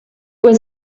was